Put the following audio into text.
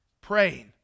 Praying